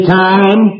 time